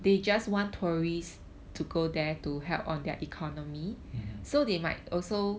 mmhmm